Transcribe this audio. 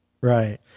Right